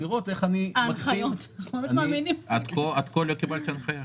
עד כה, לא קיבלתי הנחיה.